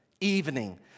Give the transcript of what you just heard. evening